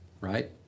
right